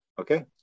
Okay